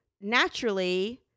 naturally